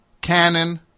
Canon